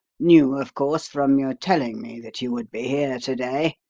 knew of course, from your telling me, that you would be here to-day,